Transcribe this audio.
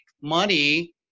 money